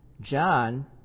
John